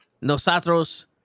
nosotros